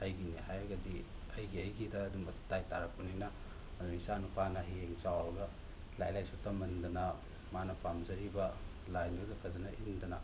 ꯑꯩꯒꯤꯅꯤ ꯍꯥꯏꯔꯒꯗꯤ ꯑꯩꯒꯤ ꯑꯩꯒꯤꯗ ꯑꯗꯨꯝ ꯗꯥꯏ ꯇꯔꯛꯄꯅꯤꯅ ꯑꯗꯨꯅ ꯏꯆꯥ ꯅꯨꯄꯥꯅ ꯍꯌꯦꯡ ꯆꯥꯎꯔꯒ ꯂꯥꯏꯔꯤꯛ ꯂꯥꯏꯁꯨ ꯇꯝꯍꯟꯗꯅ ꯃꯥꯅ ꯄꯥꯝꯖꯔꯤꯕ ꯂꯥꯏꯟꯗꯨꯗ ꯐꯖꯅ ꯏꯟꯗꯅ